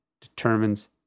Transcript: determines